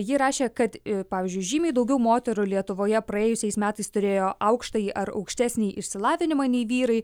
ji rašė kad pavyzdžiui žymiai daugiau moterų lietuvoje praėjusiais metais turėjo aukštąjį ar aukštesnįjį išsilavinimą nei vyrai